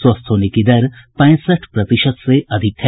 स्वस्थ होने की दर पैंसठ प्रतिशत से अधिक है